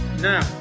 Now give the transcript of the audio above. Now